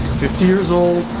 fifty years old,